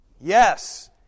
Yes